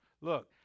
Look